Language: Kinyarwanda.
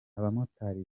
abamotari